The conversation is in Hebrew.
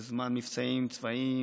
בזמן מבצעים צבאיים